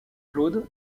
claude